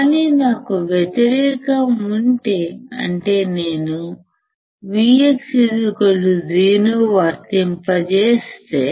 కానీ నాకు వ్యతిరేకం ఉంటే అంటే నేను Vx 0 ను వర్తింపజేస్తే